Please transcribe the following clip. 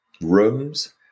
rooms